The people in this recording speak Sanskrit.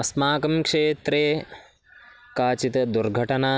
अस्माकं क्षेत्रे काचित् दुर्घटना